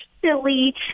silly